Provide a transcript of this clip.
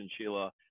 Sheila